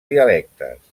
dialectes